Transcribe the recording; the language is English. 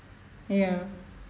ya